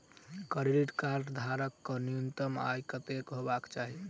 Credit card धारक कऽ न्यूनतम आय कत्तेक हेबाक चाहि?